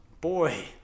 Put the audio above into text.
boy